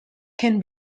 can